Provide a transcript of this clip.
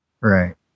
Right